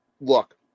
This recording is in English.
look